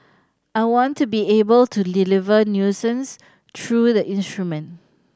I want to be able to deliver nuances through the instrument